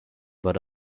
but